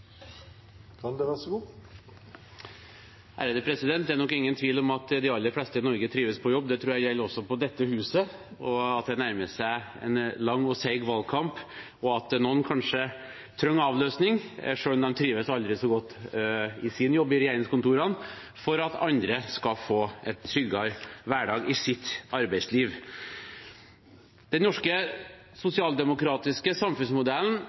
nok ingen tvil om at de aller fleste i Norge trives på jobb. Det tror jeg også gjelder på dette huset. Nå nærmer det seg en lang og seig valgkamp, og noen trenger kanskje avløsning selv om de trives aldri så godt i sin jobb i regjeringskontorene, for at andre skal få en tryggere hverdag i sitt arbeidsliv. Den norske sosialdemokratiske samfunnsmodellen